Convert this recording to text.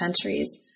centuries